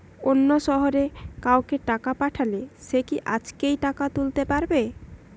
অন্য শহরের কাউকে টাকা পাঠালে সে কি আজকেই টাকা তুলতে পারবে?